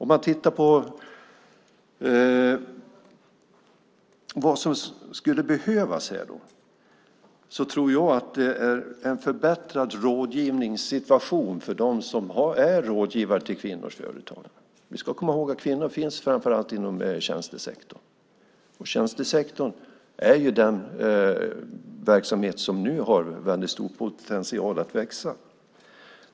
Vad som skulle behövas här är, tror jag, en förbättrad rådgivningssituation för dem som är rådgivare för kvinnors företagande. Vi ska komma ihåg att kvinnor framför allt finns inom tjänstesektorn, och det är en verksamhet som nu har stor potential att växa.